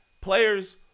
Players